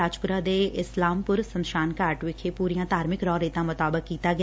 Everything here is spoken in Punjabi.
ਰਾਜਪੁਰਾ ਦੇ ਇਸਲਾਮਪੁਰ ਸਮਸਾਨ ਘਾਟ ਵਿਖੇ ਪੁਰੀਆਂ ਧਾਰਮਿਕ ਰਹੁਰੀਤਾਂ ਮੁਤਾਬਿਕ ਕੀਤਾ ਗਿਆ